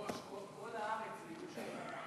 אדוני היושב-ראש, כל הארץ זה ירושלים.